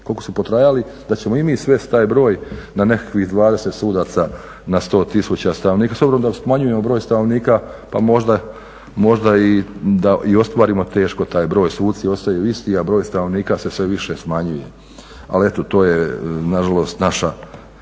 da ćemo i mi svesti taj broj na nekakvih 20 sudaca na 100 tisuća stanovnika. S obzirom da smanjujemo broj stanovnika pa možda i ostvarimo teško taj broj, suci ostaju isti a broj stanovnika se sve više smanjuje. Ali eto to je nažalost naša